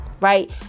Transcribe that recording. right